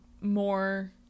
more